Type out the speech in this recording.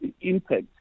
impact